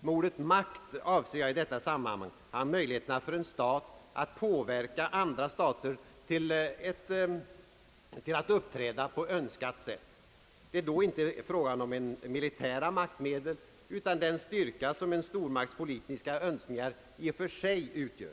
Med ordet makt avser jag i detta sammanhang möjligheterna för en stat. att påverka andra stater till att uppträda på önskat sätt. Det är då inte fråga om militära maktmedel utan om den styrka som en stormakts politiska önskningar i och för sig utgör.